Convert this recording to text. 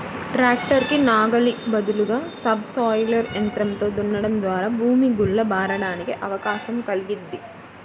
tractor కి నాగలి బదులుగా సబ్ సోయిలర్ యంత్రంతో దున్నడం ద్వారా భూమి గుల్ల బారడానికి అవకాశం కల్గిద్ది